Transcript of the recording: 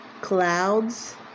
clouds